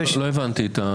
לא הבנתי.